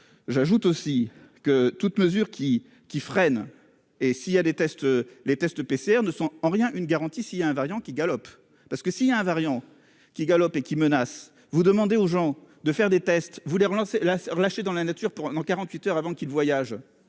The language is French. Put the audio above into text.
j'ajoute aussi que toute mesure qui qui freine et s'il y a des tests, les tests PCR ne sont en rien une garantie si a un variant qui galope, parce que si il y a un variant qui galopent et qui menace, vous demandez aux gens de faire des tests voulait relancer la relâcher dans la nature pendant 48h avant qu'ils voyagent,